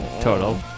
total